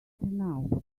now